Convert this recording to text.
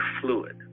fluid